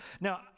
Now